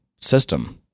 system